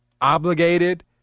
obligated